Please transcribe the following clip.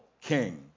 king